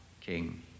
King